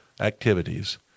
activities